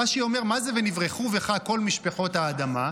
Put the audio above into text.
רש"י אומר: מה זה "ונברכו בך כל משפחות האדמה"?